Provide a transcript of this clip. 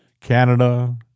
Canada